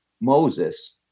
Moses